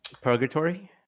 purgatory